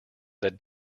that